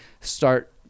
start